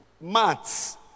Maths